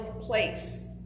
place